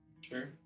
Sure